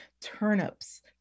turnips